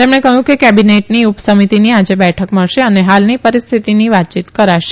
તેમણે કહયું કે કેબીનેટની ઉપસમિતિની આજે બેઠક મળશે ા ને હાલની પરીસ્થિતિ પર વાતયીત કરશે